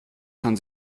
kann